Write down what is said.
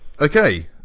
Okay